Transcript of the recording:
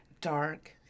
dark